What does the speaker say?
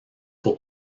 pour